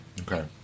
Okay